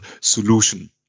solution